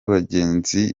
bagenzi